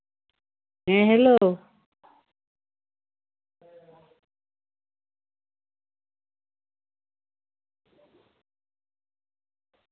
ᱦᱮᱸ ᱦᱮᱞᱳ